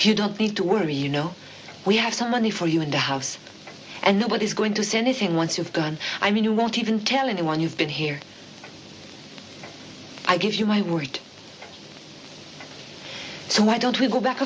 you don't need to worry you know we have some money for you in the house and nobody's going to send this in once you've done i mean you won't even tell anyone you've been here i give you my word so why don't we go back